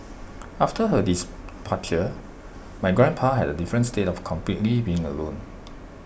after her my grandpa had A different state of completely being alone